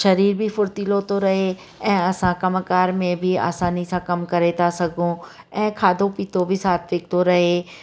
शरीर बि फुर्तिलो थो रहे ऐं असां कम कार में बि आसानी सां कम करे था सघूं ऐं खाधो पीतो बि सात्विक थो रहे